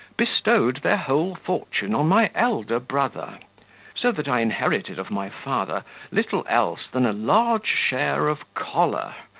bestowed their whole fortune on my elder brother so that i inherited of my father little else than a large share of choler,